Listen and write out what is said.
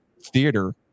theater